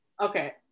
Okay